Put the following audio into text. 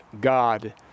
God